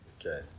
Okay